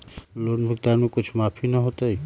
Loan भुगतान में कुछ माफी न होतई?